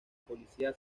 policía